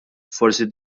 forsi